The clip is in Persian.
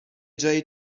جایی